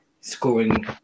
scoring